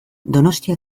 donostia